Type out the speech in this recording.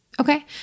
Okay